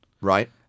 Right